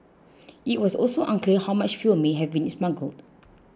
it was also unclear how much fuel may have been smuggled